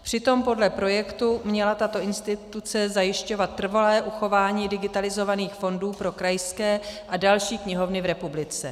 Přitom podle projektu měla tato instituce zajišťovat trvalé uchování digitalizovaných fondů pro krajské a další knihovny v republice.